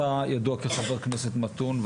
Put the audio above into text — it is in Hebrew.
אתה ידוע כחבר כנסת מתון,